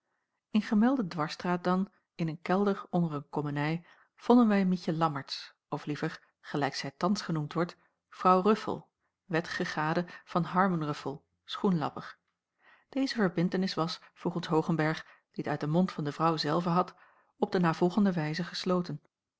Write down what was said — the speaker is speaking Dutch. in gemelde dwarsstraat dan in een kelder onder een komenij vonden wij mietje lammertsz of liever gelijk zij thans genoemd wordt vrouw ruffel wettige gade van harmen ruffel schoenlapper deze verbintenis was volgens hoogenberg die t uit den mond van de vrouw zelve had op de navolgende wijze gesloten